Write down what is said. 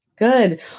Good